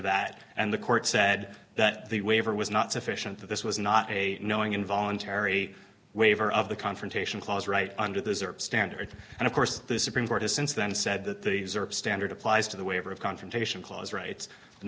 that and the court said that the waiver was not sufficient that this was not a knowing involuntary waiver of the confrontation clause right under the standard and of course the supreme court has since then said that these are standard applies to the waiver of confrontation clause rights and